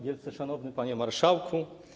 Wielce Szanowny Panie Marszałku!